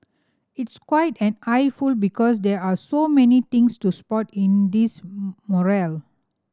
it's quite an eyeful because there are so many things to spot in this mural